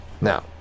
now